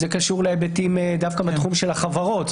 זה קשור להיבטים דווקא מהתחום של החברות.